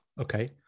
Okay